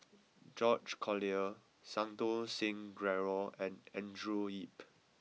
George Collyer Santokh Singh Grewal and Andrew Yip